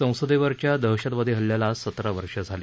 संसद खिच्या दहशतवादी हल्ल्याला आज सतरा वर्ष झाली